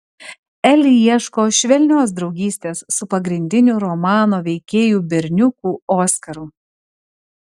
eli ieško švelnios draugystės su pagrindiniu romano veikėju berniuku oskaru